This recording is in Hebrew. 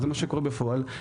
זה מה שקורה בפועל.